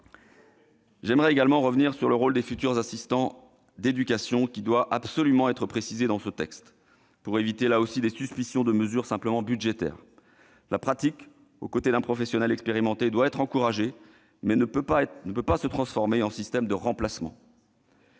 chance. Par ailleurs, le rôle des futurs assistants d'éducation doit absolument être précisé dans ce texte, pour éviter, là encore, des suspicions de mesures simplement budgétaires. La pratique, aux côtés d'un professionnel expérimenté, doit être encouragée, mais elle ne peut se transformer en système de remplacement.